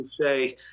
say